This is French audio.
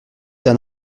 d’un